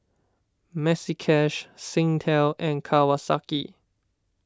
Maxi Cash Singtel and Kawasaki